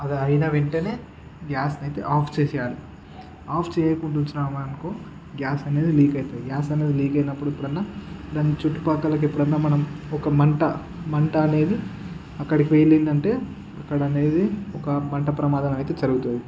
అది అయిన వెంటనే గ్యాస్ని అయితే ఆఫ్ చేసేయాలి ఆఫ్ చేయకుండా ఉంచినామనుకో గ్యాస్ అనేది లీక్ అవుతుంది గ్యాస్ అనేది లీక్ అయినప్పుడు ఎప్పుడన్న దాని చుట్టుపక్కల ఎప్పుడన్నా మనం ఒక మంట మంట అనేది అక్కడ పేలిందంటే అక్కడ అనేది ఒక మంట ప్రమాదం అయితే జరుగుతుంది